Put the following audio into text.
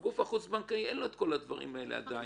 לגוף החוץ-בנקאי אין לו את כל הדברים האלה עדיין.